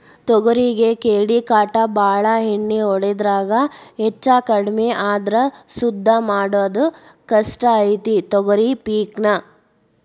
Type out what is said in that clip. ತೊಗರಿಗೆ ಕೇಡಿಕಾಟ ಬಾಳ ಎಣ್ಣಿ ಹೊಡಿದ್ರಾಗ ಹೆಚ್ಚಕಡ್ಮಿ ಆದ್ರ ಸುದ್ದ ಮಾಡುದ ಕಷ್ಟ ಐತಿ ತೊಗರಿ ಪಿಕ್ ನಾ